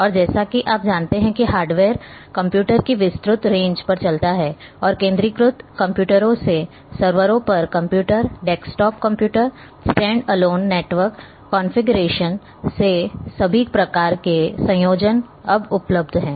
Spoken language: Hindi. और जैसा कि आप जानते हैं कि हार्डवेयर कंप्यूटर की विस्तृत रेंज पर चलता है और केंद्रीकृत कंप्यूटरों से सर्वरों पर computer desktop computer standalone network configuration से सभी प्रकार के संयोजन अब उपलब्ध हैं